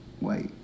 Wait